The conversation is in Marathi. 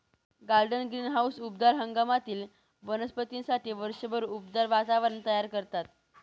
गार्डन ग्रीनहाऊस उबदार हंगामातील वनस्पतींसाठी वर्षभर उबदार वातावरण तयार करतात